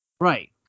right